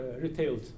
retail